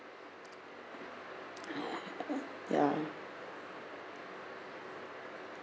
ya